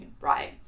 right